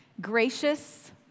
Gracious